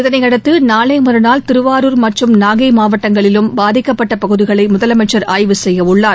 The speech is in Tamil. இதனையடுத்து நாளை மறுநாள் திருவாரூர் மற்றும் நாகை மாவட்டங்களிலும் பாதிக்கப்பட்ட பகுதிகளை முதலமைச்சர் ஆய்வு செய்யவுள்ளார்